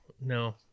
no